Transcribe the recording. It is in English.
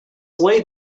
late